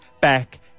back